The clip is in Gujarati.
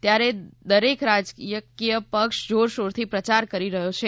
ત્યારે દરેક રાજકીય પક્ષ જોરશોરથી પ્રચાર કરી રહ્યો છે